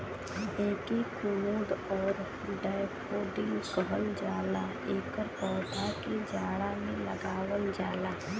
एके कुमुद आउर डैफोडिल कहल जाला एकर पौधा के जाड़ा में लगावल जाला